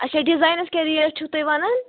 اچھا ڈِزاینَس کیٛاہ ریٹ چھُو تُہۍ وَنان